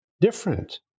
different